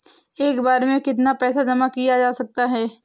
एक बार में कितना पैसा जमा किया जा सकता है?